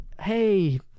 Hey